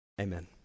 Amen